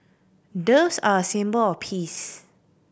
doves are a symbol of peace